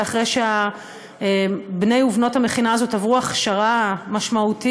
ואחרי שבני ובנות המכינה הזאת עברו הכשרה משמעותית,